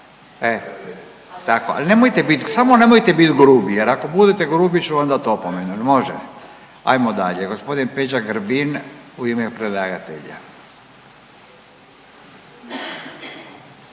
E tako. Al nemojte bit, samo nemojte bit grubi jer ako budete grubi ću vam dat opomenu jel može? Ajmo dalje, g. Peđa Grbin u ime predlagatelja.